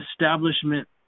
establishment